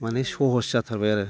माने सहज जाथारबाय आरो